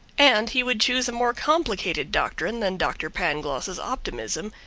and he would choose a more complicated doctrine than dr. pangloss's optimism,